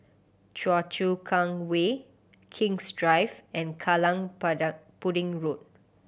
Choa Chu Kang Way King's Drive and Kallang Pudding Road